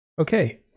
okay